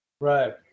Right